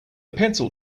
pencil